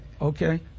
okay